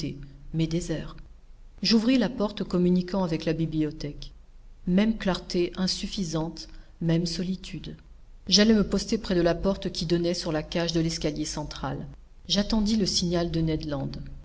mais désert j'ouvris la porte communiquant avec la bibliothèque même clarté insuffisante même solitude j'allai me poster près de la porte qui donnait sur la cage de l'escalier central j'attendis le signal de